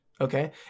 okay